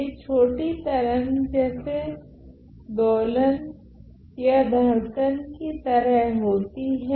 यह छोटी तरंगो जैसे दोलन या धड़कन कि तरह होती हैं